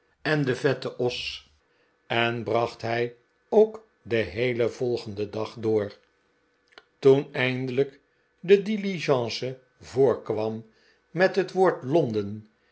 en den vetten os en bracht hij ook den heelen volgenden dag door toen eindelijk de diligence voorkwam met het woord londen